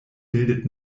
bildet